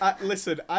Listen